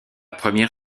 première